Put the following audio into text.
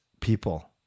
people